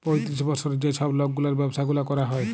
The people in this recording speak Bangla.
পঁয়তিরিশ বসরের যে ছব লকগুলার ব্যাবসা গুলা ক্যরা হ্যয়